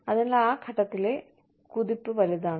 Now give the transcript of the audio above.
അതിനാൽ ആ ഘട്ടത്തിലെ കുതിപ്പ് വലുതാണ്